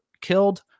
killed